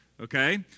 okay